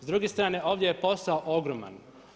S druge strane ovdje je posao ogroman.